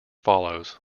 follows